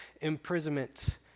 imprisonment